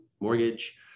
mortgage